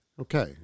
Okay